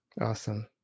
Awesome